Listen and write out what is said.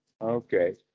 okay